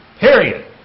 Period